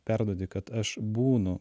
perduodi kad aš būnu